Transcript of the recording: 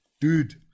Dude